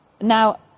Now